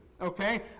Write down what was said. okay